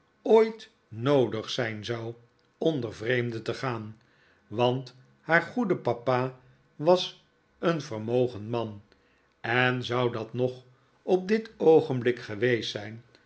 ooit noodig zijn zou onder vreemden te gaari want haar goede papa was een vermogend man en zou dat nog op dit oogenblik geweest zijn